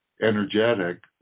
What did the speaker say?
energetic